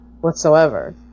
whatsoever